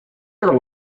her